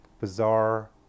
bizarre